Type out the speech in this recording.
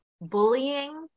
Bullying